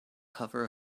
cover